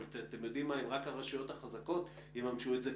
אבל אם רק החלשות החזקות יממשו את זה,